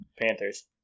Panthers